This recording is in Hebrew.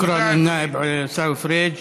(אומר בערבית: תודה לחבר הכנסת עיסאווי פריג'.)